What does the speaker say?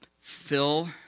fill